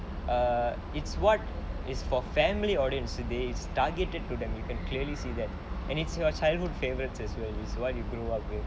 err it's what is for family audience today is targeted to them you can clearly see that and it's your childhood favourite as well it's what you grew up with